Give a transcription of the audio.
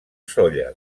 sóller